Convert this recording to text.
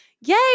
Yay